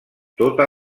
tota